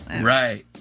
Right